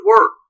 work